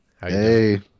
Hey